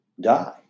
die